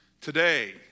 Today